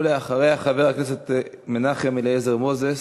ואחריה, חבר הכנסת מנחם אליעזר מוזס.